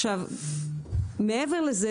מעבר לזה,